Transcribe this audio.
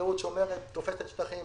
החקלאות תופסת שטחים,